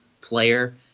player